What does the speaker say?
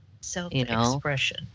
Self-expression